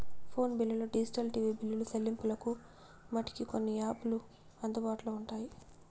phone బిల్లులు digital TV బిల్లులు సెల్లింపులకు మటికి కొన్ని యాపులు అందుబాటులో ఉంటాయి